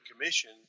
Commission